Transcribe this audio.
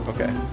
Okay